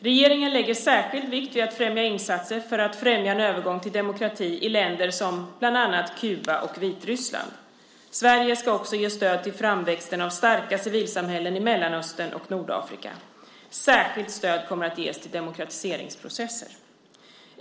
Regeringen lägger särskild vikt vid att främja insatser för att främja en övergång till demokrati i länder som bland annat Kuba och Vitryssland. Sverige ska också ge stöd till framväxten av starka civilsamhällen i Mellanöstern och Nordafrika. Särskilt stöd kommer att ges till demokratiseringsprocesser.